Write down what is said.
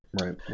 Right